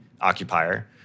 occupier